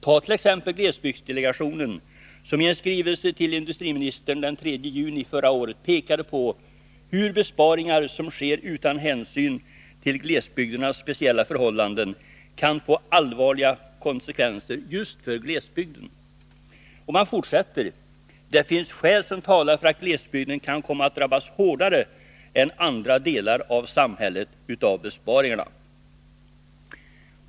Tag t.ex. glesbygdsdelegationen, som i en skrivelse till industriministern den 3 juni förra året pekade på hur besparingar som sker utan hänsyn till glesbygdernas speciella förhållanden kan få allvarliga konsekvenser just för glesbygden. Och man fortsätter: Det finns skäl som talar för att glesbygden kan komma att drabbas hårdare av besparingarna än andra delar av samhället.